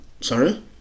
Sorry